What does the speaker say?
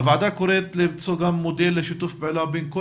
הוועדה קוראת למצוא מודל לשיתוף פעולה בין כל